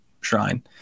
Shrine